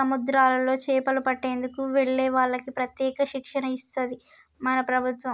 సముద్రాల్లో చేపలు పట్టేందుకు వెళ్లే వాళ్లకి ప్రత్యేక శిక్షణ ఇస్తది మన ప్రభుత్వం